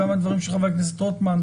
וגם לדברים של חבר הכנסת רוטמן,